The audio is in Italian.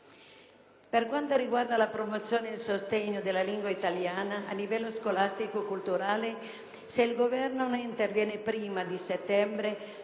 Per quanto riguarda la promozione ed il sostegno della lingua italiana, a livello scolastico e culturale, se il Governo non interverrà prima di settembre